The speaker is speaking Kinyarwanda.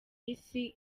isi